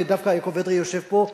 ודווקא יעקב אדרי יושב פה,